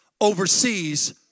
overseas